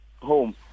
home